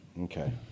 Okay